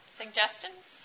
suggestions